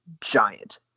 giant